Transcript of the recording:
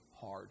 hard